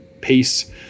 pace